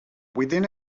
within